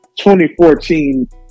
2014